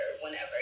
whenever